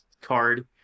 card